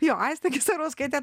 jo aiste kiserauskaite